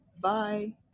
Bye